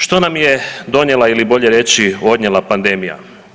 Što nam je donijela ili bolje reći odnijela pandemija?